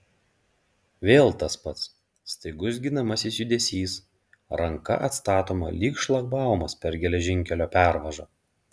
vėl tas pats staigus ginamasis judesys ranka atstatoma lyg šlagbaumas per geležinkelio pervažą